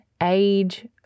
age